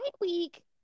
week